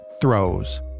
throws